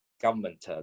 government